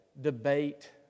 debate